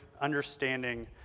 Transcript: understanding